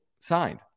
signed